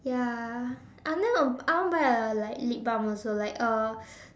ya I know I want to buy a like lip balm also like uh